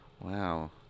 Wow